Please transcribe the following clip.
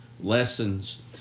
lessons